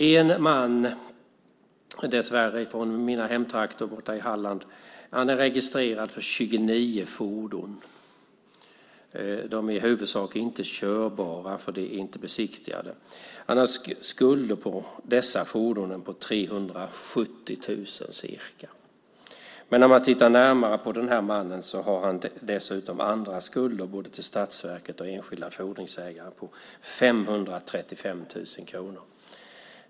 En man, dessvärre från mina hemtrakter i Halland, är registrerad för 29 fordon, som huvudsakligen inte är körbara eftersom de inte är besiktigade. Han har skulder för dessa fordon på ca 370 000. Men om man tittar närmare på mannen har han dessutom andra skulder till både statsverket och enskilda fordringsägare på 535 000 kronor.